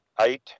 eight